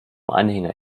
anhänger